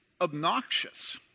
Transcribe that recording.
obnoxious